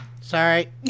sorry